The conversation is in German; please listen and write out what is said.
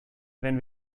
wenn